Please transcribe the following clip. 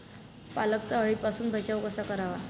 पालकचा अळीपासून बचाव कसा करावा?